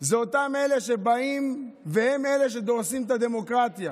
אלה שבאים, הם אלה שדורסים את הדמוקרטיה